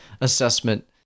assessment